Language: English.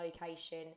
location